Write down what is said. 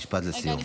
משפט לסיום.